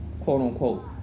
Quote-unquote